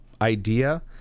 idea